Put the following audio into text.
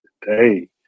today